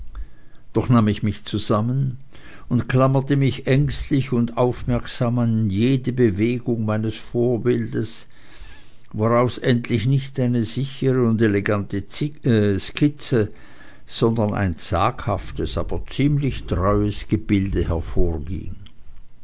doch nahm ich mich zusammen und klammerte mich ängstlich und aufmerksam an jede bewegung meines vorbildes woraus endlich nicht eine sichere und elegante skizze sondern ein zaghaftes aber ziemlich treues gebilde hervorging